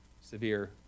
severe